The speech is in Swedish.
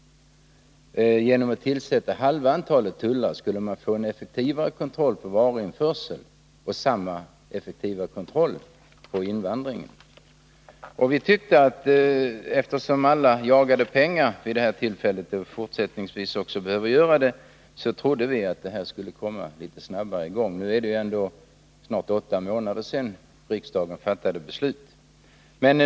Genom att tillsätta halva antalet tullare jämfört med antalet passkontrollanter skulle man få en effektivare kontroll av varuinförseln och samma effektiva kontroll på invandringen. Eftersom alla jagade pengar vid detta tillfälle och också fortsättningsvis behöver göra det trodde vi att det hela skulle komma i gång snabbare — nu är det snart åtta månader sedan riksdagen fattade beslutet.